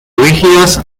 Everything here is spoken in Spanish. rígidas